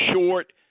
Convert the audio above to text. short